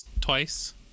Twice